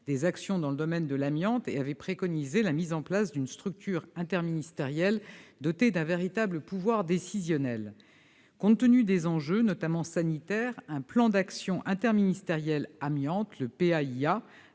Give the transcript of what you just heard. des actions dans le domaine de l'amiante et avait préconisé la mise en place « d'une structure interministérielle, dotée d'un véritable pouvoir décisionnel ». Compte tenu des enjeux, notamment sanitaires, un plan d'actions interministériel pour améliorer